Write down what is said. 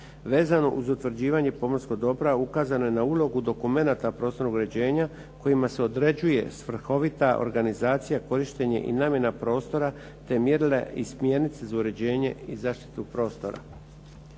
Vezano uz utvrđivanje pomorskog dobra, ukazano je na ulogu dokumenata prostornog uređenja kojima se određuje svrhovita organizacija, korištenje i namjena prostora te mjerila i smjernice za uređenje i zaštitu prostora.